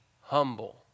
humble